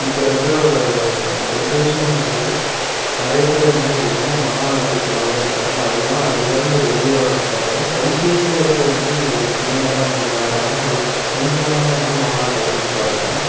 இப்போ இருக்கிற ஜென்ரேஷனும் வந்து நிறைய பேர் வந்து ரொம்ப மன அழுத்தத்துனால் தான் இருக்காங்க அதனால அதில் இருந்து வெளியே வரதுக்குக்காக கைபேசியில் இருக்கற வந்து ஒரு கேமை தான் வந்து விளையாடுறாங்க அது கொஞ்சம் நேரம் வந்து மன அழுத்தத்தை வந்து குறைக்கும்